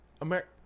America